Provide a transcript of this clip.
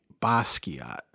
Basquiat